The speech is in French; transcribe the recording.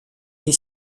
est